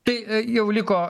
tai jau liko